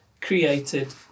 created